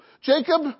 Jacob